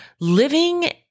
living